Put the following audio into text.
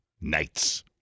Knights